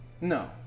No